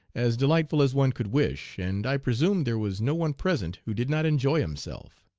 as delightful as one could wish, and i presume there was no one present who did not enjoy himself.